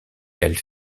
elle